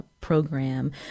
program